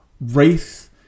race